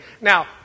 Now